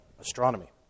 astronomy